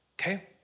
okay